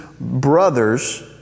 brothers